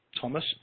Thomas